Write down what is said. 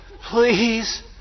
Please